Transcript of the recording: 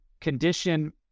condition